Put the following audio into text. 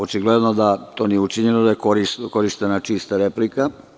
Očigledno da to nije učinjeno i da je korišćena čista replika.